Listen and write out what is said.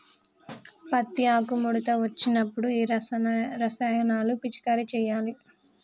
పత్తి ఆకు ముడత వచ్చినప్పుడు ఏ రసాయనాలు పిచికారీ చేయాలి?